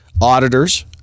auditors